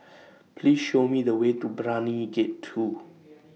Please Show Me The Way to Brani Gate two